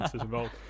involved